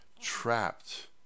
trapped